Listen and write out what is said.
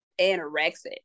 anorexic